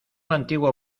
antiguo